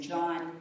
John